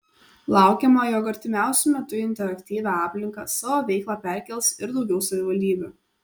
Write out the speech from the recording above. laukiama jog artimiausiu metu į interaktyvią aplinką savo veiklą perkels ir daugiau savivaldybių